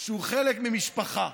שהוא חלק ממשפחה,